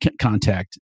contact